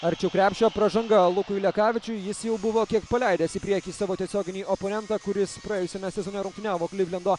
arčiau krepšio pražanga lukui lekavičiui jis jau buvo kiek paleidęs į priekį savo tiesioginį oponentą kuris praėjusiame sezone rungtyniavo klivlendo